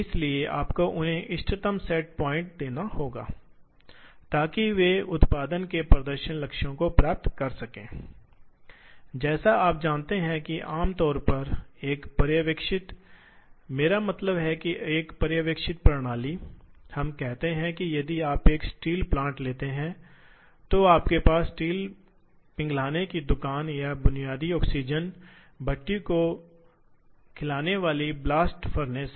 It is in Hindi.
और पार्ट्स महंगे हैं क्योंकि जब पार्ट्स महंगे होते हैं तो आप एक मौका लेना पसंद नहीं करते हैं कि दोषपूर्ण निर्माण के कारण कुछ हिस्सा बर्बाद हो जाएगा इसीलिए आप एक मशीन की मदद लेते हैं जो एक बार ठीक से सेट हो जाने के बाद चली जाएगी बिना किसी गलती या विफलता के भागों को काम करने और उत्पादन करने पर